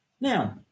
now